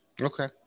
Okay